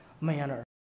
manner